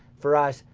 for us,